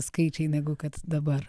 skaičiai negu kad dabar